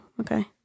Okay